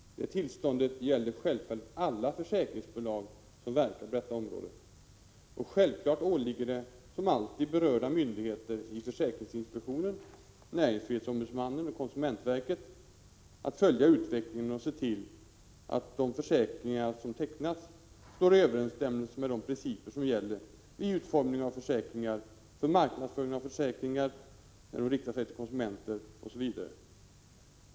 Det tillståndet gällde givetvis alla försäkringsbolag som verkar på detta område. Självfallet åligger det som alltid berörda myndigheter — det gäller försäkringsinspektionen, näringsfrihetsombudsmannen och konsumentverket — att följa utvecklingen och se till att de försäkringar som tecknas står i överensstämmelse med de principer som gäller vid utformningen av försäkringar, för marknadsföringen av försäkringar när de riktar sig till konsumenter osv.